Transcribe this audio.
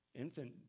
Infant